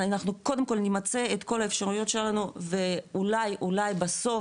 אנחנו קודם כל נמצה את כל האפשרויות שלנו ואולי אולי בסוף,